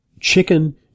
chicken